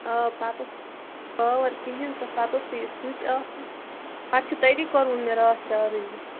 آ پتہٕ اوس پاور کِہیٖنٛۍ تہٕ پتہٕ اوسُے سُچ آفے پتہٕ چھُ تٔتی کوٚرمُت مےٚ راتھ چارٕج یہِ